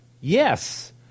yes